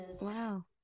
Wow